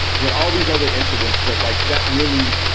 we had all these other incidents. but like that, really,